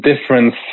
difference